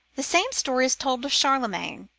the same story is told of charlemagne.